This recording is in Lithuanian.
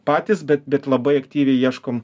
patys bet bet labai aktyviai ieškom